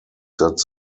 that